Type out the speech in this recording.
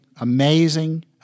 amazing